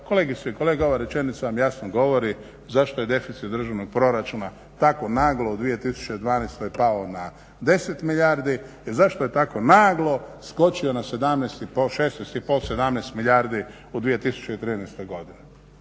kolegice i kolege, ova rečenica vam jasno govori zašto je deficit državnog proračuna tako naglo u 2012. pao na 10 milijardi i zašto je tako naglo skočio na 16,5, 17 milijardi u 2013. godini.